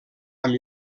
amb